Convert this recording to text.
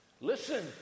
listen